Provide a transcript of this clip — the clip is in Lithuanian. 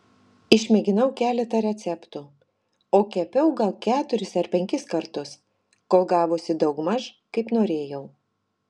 išmėginau keletą receptų o kepiau gal keturis ar penkis kartus kol gavosi daugmaž kaip norėjau